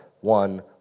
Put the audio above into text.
One